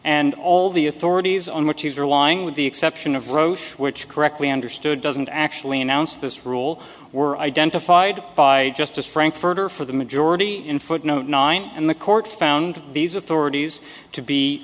and all the authorities on which is are lying with the exception of roche which correctly understood doesn't actually announced this rule were identified by justice frankfurter for the majority in footnote nine and the court found these authorities to be